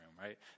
right